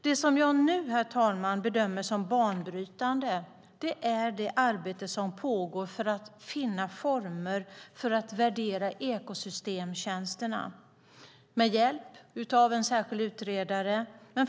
Det som vi nu, herr talman, bedömer som banbrytande är det arbete som pågår med hjälp av en särskild utredare för att finna former för att värdera ekosystemtjänsterna.